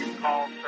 call